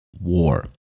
war